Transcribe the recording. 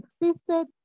existed